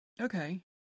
okay